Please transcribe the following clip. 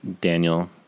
daniel